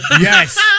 Yes